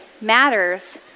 matters